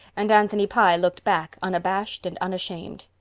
and anthony pye looked back unabashed and unashamed.